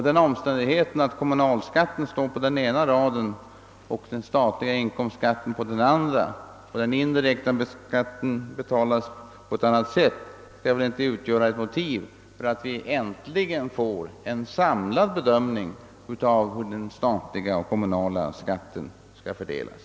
Den omständigheten att kommunalskatten står upptagen på den ena raden på skattsedeln och den statliga inkomstskatten på den andra samt att den indirekta skatten betalas på ett annat sätt, skall väl inte få hindra att vi äntligen får en samlad bedömning av det sätt på vilket den statliga och kommunala skatten skall fördelas.